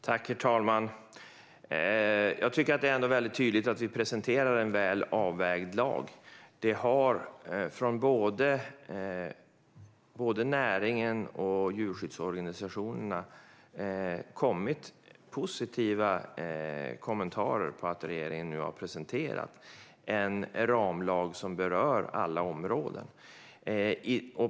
Herr talman! Jag tycker ändå att det är tydligt att vi presenterar än väl avvägd lag. Från både näringen och djurskyddsorganisationerna har det kommit positiva kommentarer till att regeringen nu har presenterat en ramlag som berör alla områden.